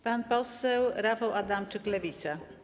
Pan poseł Rafał Adamczyk, Lewica.